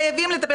חייבים לטפל.